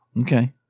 Okay